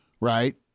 right